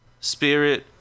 spirit